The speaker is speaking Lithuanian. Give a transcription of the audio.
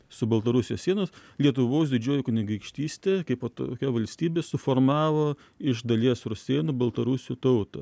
su baltarusijos sienos lietuvos didžioji kunigaikštystė kaipo tokia valstybė suformavo iš dalies rusėnų baltarusių tautą